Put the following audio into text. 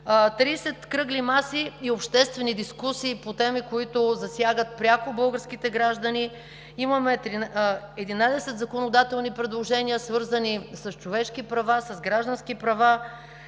30 кръгли маси и обществени дискусии по теми, които засягат пряко българските граждани. Имаме 11 законодателни предложения, свързани с човешки права, с граждански права;